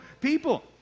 people